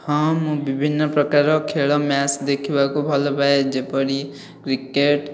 ହଁ ମୁଁ ବିଭିନ୍ନ ପ୍ରକାର ଖେଳ ମ୍ୟାଚ୍ ଦେଖିବାକୁ ଭଲପାଏ ଯେପରି କ୍ରିକେଟ